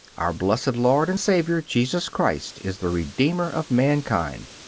our blessed lord and saviour jesus christ is the redeemer of mankind.